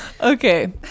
Okay